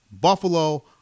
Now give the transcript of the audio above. Buffalo